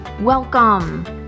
Welcome